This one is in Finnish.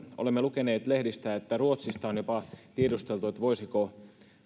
olemme lukeneet lehdistä että ruotsista on jopa tiedusteltu voisiko